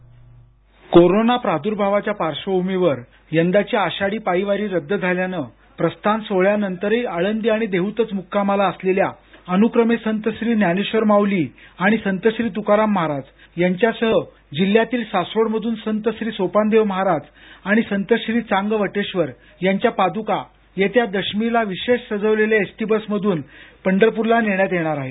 script corona प्रादुर्भावाच्या पार्श्वभूमीवर यंदाची आषाढी पायी वारी रद्द झाल्यानं प्रस्थान सोहोळ्यानंतरही आळदी आणि देहतच म्क्कामाला असलेल्या अनुक्रमे संत श्री ज्ञानेश्वर माउली आणि संत श्री तुकाराम महाराज यांच्यासह जिल्हयातील सासवड मधून संत श्री सोपानदेवमहाराज आणि संत श्री चांग वटेश्वर यांच्या पादुका येत्या दशमीला विशेष सजवलेल्या एस टी बस मधून पंढरपूरला नेण्यात येणार आहेत